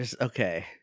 Okay